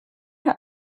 hat